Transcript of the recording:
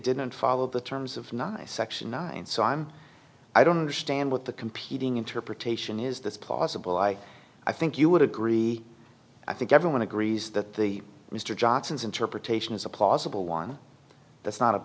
didn't follow the terms of nice section nine so i'm i don't understand what the competing interpretation is this possible i i think you would agree i think everyone agrees that the mr johnson's interpretation is a plausible one that's not a